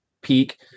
peak